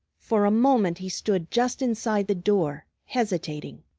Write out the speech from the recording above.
for a moment he stood just inside the door, hesitating.